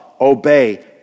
obey